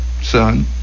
son